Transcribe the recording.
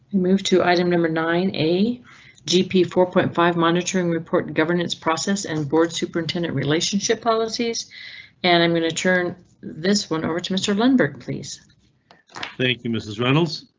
moved to item number nine a gp four point five monitoring report governance process, an board superintendent relationship policies and i'm going to turn this one over to mr lundberg please thank you mrs reynolds.